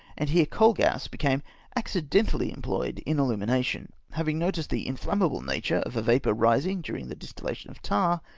and here coal-gas became accidentally employed in illumination. having noticed the inflammable nature of a vapour arising during the distillation of tar,